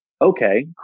okay